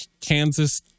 Kansas